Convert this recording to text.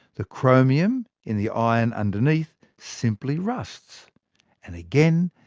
the chromium in the iron underneath simply rusts and again,